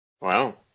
Wow